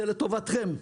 זה לטובתכם,